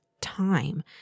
time